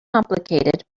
complicated